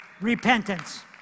Repentance